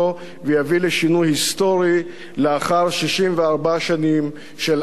היסטורי לאחר 64 שנים של עוול מוסרי.